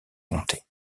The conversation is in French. comté